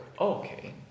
Okay